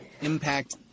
Impact